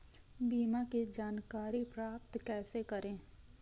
बीमा की जानकारी प्राप्त कैसे करें?